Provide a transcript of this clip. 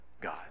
God